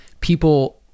people